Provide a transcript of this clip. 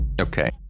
Okay